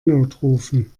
notrufen